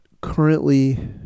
currently